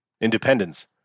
Independence